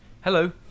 Hello